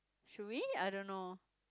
should we I don't know